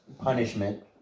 punishment